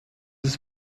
ist